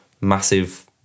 massive